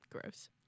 Gross